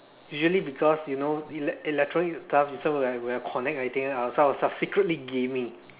usually because you know elec~ electronic stuff this one when I connect and everything I was secretly gaming